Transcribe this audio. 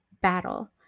battle